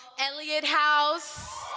eliot house,